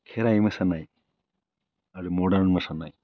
खेराइ मोसानाय आरो मडार्न मोसानाय